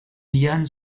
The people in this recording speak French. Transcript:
yann